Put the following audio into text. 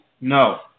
No